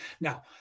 Now